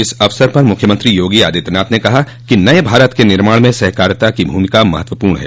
इस अवसर पर मुख्यमंत्री योगी आदित्यनाथ ने कहा कि नये भारत के निर्माण में सहकारिता की भूमिका महत्वपूर्ण है